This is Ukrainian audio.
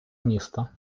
міста